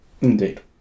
Indeed